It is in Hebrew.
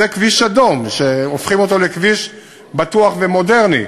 זה כביש אדום שהופכים אותו לכביש בטוח ומודרני.